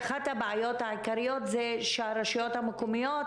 אחת הבעיות העיקריות זה שהרשויות המקומיות